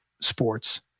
sports